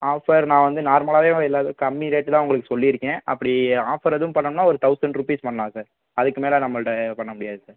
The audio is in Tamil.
ஆஃபர் நான் வந்து நார்மலாகவே எல்லா இது கம்மி ரோட்டு தான் உங்களுக்கு சொல்லிருக்கேன் அப்படி ஆஃபர் எதுவும் பண்ணணும்னா ஒரு தௌசண்ட் ருப்பீஸ் பண்ணலாம் சார் அதுக்கு மேலே நம்மள்கிட்ட பண்ண முடியாது சார்